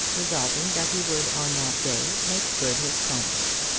resolving that he would on that day make good his promise.